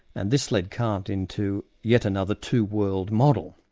and this led kant into yet another two-world model.